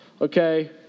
okay